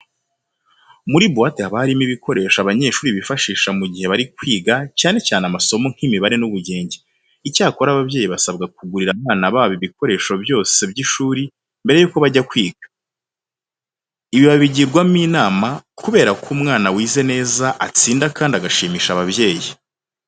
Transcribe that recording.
Muri buwate haba harimo ibikoresho abanyeshuri bifashisha mu gihe bari kwiga cyane cyane amasomo nk'imibare n'ubugenge. Icyakora ababyeyi basabwa kugurira abana babo ibikoresho byose by'ishuri mbere yuko bajya kwiga. Ibi babigirwano inama kubera ko umwana wize neza atsinda kandi agashimisha ababyeyi.